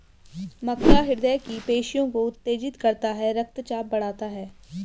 मक्का हृदय की पेशियों को उत्तेजित करता है रक्तचाप बढ़ाता है